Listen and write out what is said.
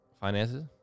finances